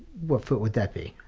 what foot would that be?